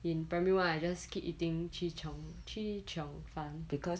in primary one I just keep eating chee cheong chee cheong fun because that one is you you 笨笨